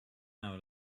hour